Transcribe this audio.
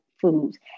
foods